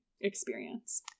experience